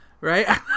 right